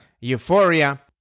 Euphoria